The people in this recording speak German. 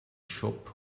shop